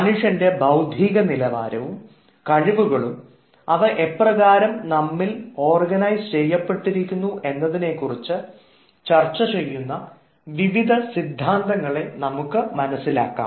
മനുഷ്യൻറെ ബൌദ്ധിക നിലവാരവും കഴിവുകളും അവ എപ്രകാരം നമ്മിൽ ഓർഗനൈസ് ചെയ്യപ്പെട്ടിരിക്കുന്നു എന്നതിനെക്കുറിച്ച് ചർച്ചചെയ്യുന്ന വിവിധ സിദ്ധാന്തങ്ങളെ നമുക്ക് മനസ്സിലാക്കാം